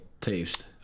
taste